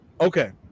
okay